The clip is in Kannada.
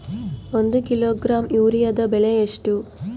ಒಂದು ಕಿಲೋಗ್ರಾಂ ಯೂರಿಯಾದ ಬೆಲೆ ಎಷ್ಟು?